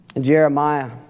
Jeremiah